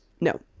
no